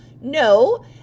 no